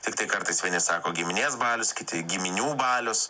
tiktai kartais vieni sako giminės balius kiti giminių balius